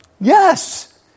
Yes